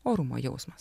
orumo jausmas